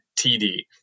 TD